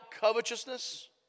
covetousness